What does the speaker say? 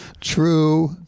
True